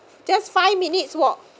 just five minutes walk